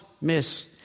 Miss